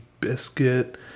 biscuit